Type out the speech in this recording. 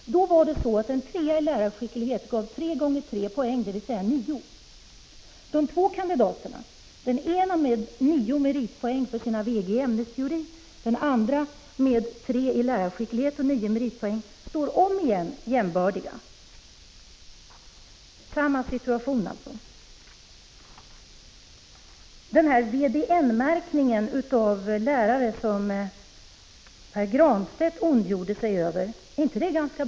Förr var det så att en trea i lärarskicklighet gav 3 gånger 3 poäng, dvs. 9. Dessa två kandidater, den ena med 9 meritpoäng för sina Vg i ämnesteori, den andra med betyget 3 i lärarskicklighet och 9 meritpoäng, står återigen jämbördiga. Situationen är alltså densamma. Pär Granstedt ondgjorde sig över VDN-märkningen av lärare.